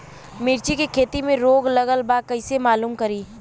मिर्ची के खेती में रोग लगल बा कईसे मालूम करि?